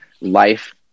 life